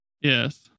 Yes